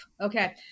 Okay